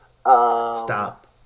Stop